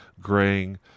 graying